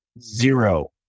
zero